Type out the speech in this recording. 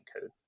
code